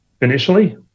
Initially